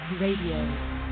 Radio